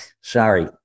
sorry